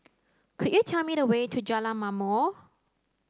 could you tell me the way to Jalan Ma'mor